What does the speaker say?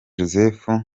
joseph